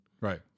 Right